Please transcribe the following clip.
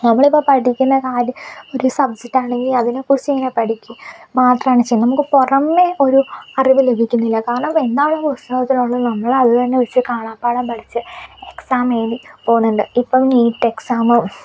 നമ്മൾ ഇപ്പോൾ പഠിക്കുന്ന കാര്യം ഒരു സബ്ജക്റ്റാണെങ്കിൽ അതിനെ കുറിച്ച് ഇങ്ങനെ പഠിക്കുക മാത്രമാണ് ചെയ്യുക നമുക്ക് പുറമെ ഒരു അറിവ് ലഭിക്കുന്നില്ല കാരണം എന്താണ് കോഴ്സ് പ്രയോജനമുള്ളത് നമ്മൾ അത് തന്നെ കാണാ പാഠം പഠിച്ച് എക്സാം എഴുതി പോകുന്നുണ്ട് ഇപ്പോൾ നീറ്റ് എക്സാം